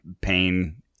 pain